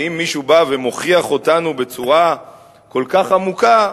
הרי אם מישהו בא ומוכיח אותנו בצורה כל כך עמוקה,